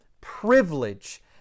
privilege